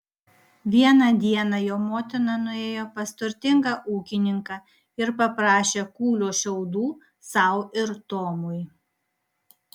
vieną dieną jo motina nuėjo pas turtingą ūkininką ir paprašė kūlio šiaudų sau ir tomui